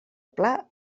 pla